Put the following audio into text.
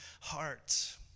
heart